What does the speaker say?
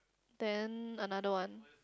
then another one